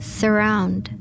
surround